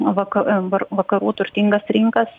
vaka m var vakarų turtingas rinkas